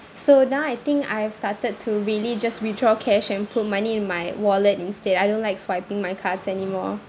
so now I think I've started to really just withdraw cash and put money in my wallet instead I don't like swiping my cards anymore